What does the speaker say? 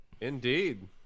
Indeed